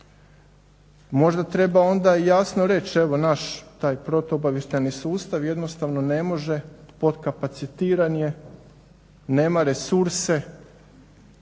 Možda treba onda jasno reći, evo naš taj protuobavještajni sustav jednostavno ne može, pod kapacitiran je, nema resurse,